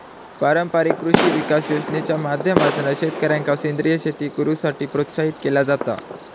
पारंपारिक कृषी विकास योजनेच्या माध्यमातना शेतकऱ्यांका सेंद्रीय शेती करुसाठी प्रोत्साहित केला जाता